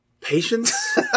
Patience